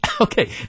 Okay